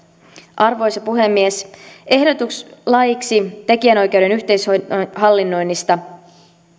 arvoisa puhemies ehdotus laiksi tekijänoikeuden yhteishallinnoinnista